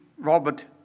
Robert